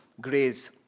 grace